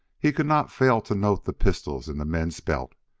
he could not fail to note the pistols in the men's belts,